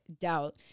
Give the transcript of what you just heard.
doubt